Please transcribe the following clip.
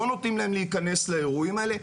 לא נותנים להם להיכנס לאירועים האלה.